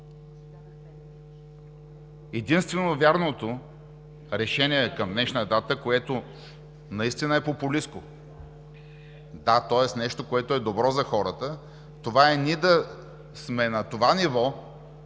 Единствено вярното решение към днешна дата, което наистина е популистко – да, нещо, което е добро за хората, е ние да сме на това ниво,